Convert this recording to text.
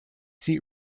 seat